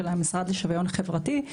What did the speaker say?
של המשרד לשיוויון חברתי,